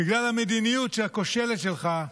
בגלל המדיניות הכושלת שלך,